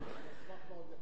אני אשמח מאוד לקבל אותם.